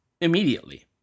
immediately